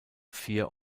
fear